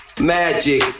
magic